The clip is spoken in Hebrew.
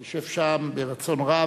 תשב שם, ברצון רב.